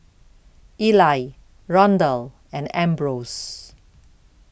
Ely Rondal and Ambrose